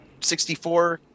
64